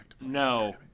No